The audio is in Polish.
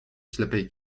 ślepej